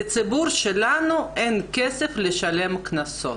לציבור שלנו אין כסף לשלם קנסות.